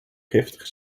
giftig